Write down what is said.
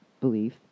belief